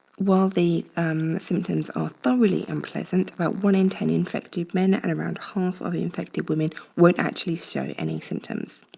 while the symptoms are thoroughly unpleasant, about one in ten infected men and around half of infected women won't actually show any symptoms.